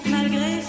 Malgré